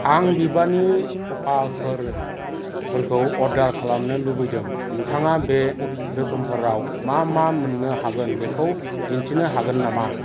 आं बिबारनि थफाफोरखौ अर्डार खालामनो लुबैदों नोंथाङा बे रोखोमफोराव मा मा मोननो हागोन बेखौ दिन्थिनो हागोन नामा